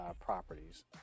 properties